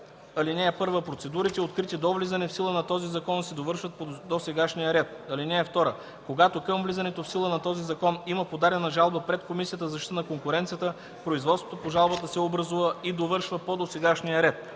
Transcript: „§ 115. (1) Процедурите, открити до влизането в сила на този закон, се довършват по досегашния ред. (2) Когато към влизането в сила на този закон има подадена жалба пред Комисията за защита на конкуренцията, производството по жалбата се образува и довършва по досегашния ред.